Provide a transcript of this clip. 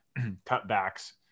cutbacks